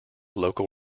local